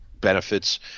benefits